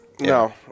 No